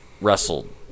wrestled